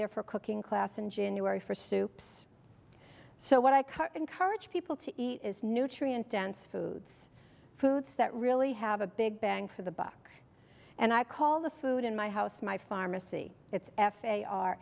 there for cooking class in january for soups so what i cut encourage people to eat is nutrient dense foods foods that really have a big bang for the buck and i call the food in my house my pharmacy it's f a r